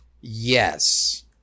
Yes